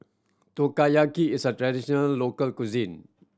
Takoyaki is a traditional local cuisine